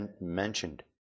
mentioned